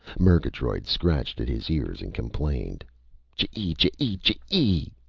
murgatroyd scratched at his ears and complained chee! chee! chee!